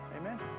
Amen